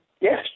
Yes